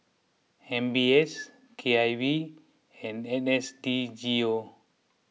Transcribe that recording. M B S K I V and N S D G O